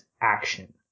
action